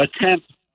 Attempt